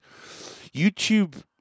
YouTube